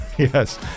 Yes